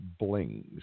Blings